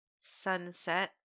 sunset